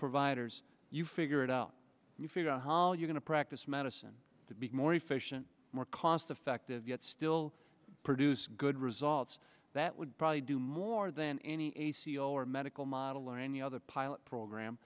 providers you figure it out you figure out how you're going to practice medicine to be more efficient more cost effective yet still produce good results that would probably do more than any a c e o or medical model or any other pilot program